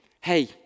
hey